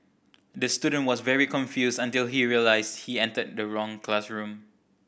the student was very confused until he realised he entered the wrong classroom